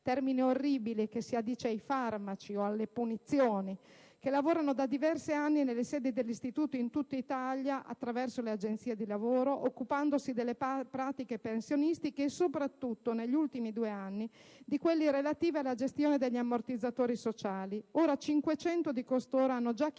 termine orribile, che si addice ai farmaci o alle punizioni - che lavorano da diversi anni nelle sedi dell'Istituto in tutta Italia attraverso le agenzie di lavoro, occupandosi delle pratiche pensionistiche e, soprattutto, negli ultimi due anni, di quelle relative alla gestione degli ammortizzatori sociali. Oltre 500 di costoro hanno già chiuso